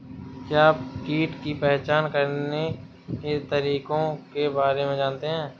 क्या आप कीट की पहचान करने के तरीकों के बारे में जानते हैं?